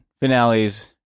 finales